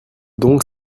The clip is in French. donc